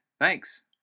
thanks